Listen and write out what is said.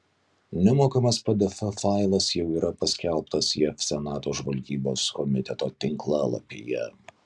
nemokamas pdf failas jau yra paskelbtas jav senato žvalgybos komiteto tinklalapyje